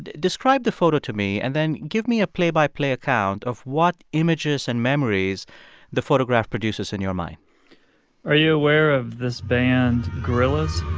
describe the photo to me, and then give me a play-by-play account of what images and memories the photograph produces in your mind are you aware of this band gorillaz?